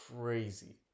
crazy